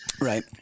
Right